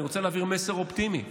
אני רוצה להעביר מסר אופטימי: